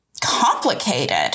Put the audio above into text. complicated